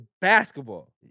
basketball